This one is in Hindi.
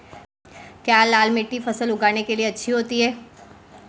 क्या लाल मिट्टी फसल उगाने के लिए अच्छी होती है?